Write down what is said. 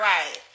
Right